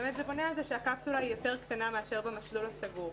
זה באמת בונה על זה שהקפסולה יותר קטנה מאשר במסלול הסגור.